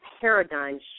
paradigm